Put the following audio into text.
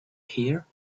hear